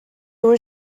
were